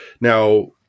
Now